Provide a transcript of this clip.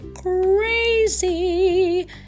crazy